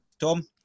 Tom